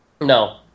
No